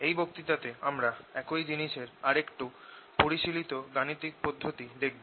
এই বক্তৃতাতে আমরা একই জিনিসের আরেকটু পরিশীলিত গাণিতিক পদ্ধতি দেখব